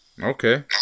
Okay